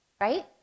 right